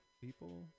people